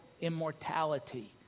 immortality